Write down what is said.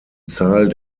zahl